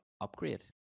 upgrade